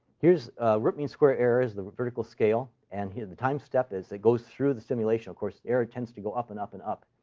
here's root-mean-square error is the vertical scale. and here the time step as it goes through the simulation of course, error tends to go up and up and up.